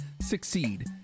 succeed